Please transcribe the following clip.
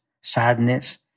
sadness